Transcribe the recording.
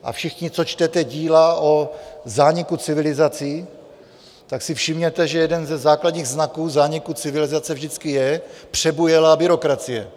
A všichni, co čtete díla o zániku civilizací, tak si všimněte, že jeden ze základních znaků zániku civilizace vždycky je přebujelá byrokracie.